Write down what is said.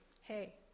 Hey